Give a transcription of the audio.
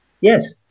Yes